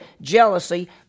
jealousy